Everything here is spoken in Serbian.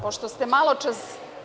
Pošto ste maločas…